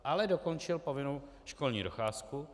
Ale dokončil povinnou školní docházku.